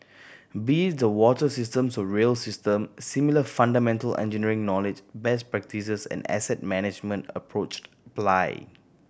be it the water systems to rail system similar fundamental engineering knowledge best practices and asset management approached apply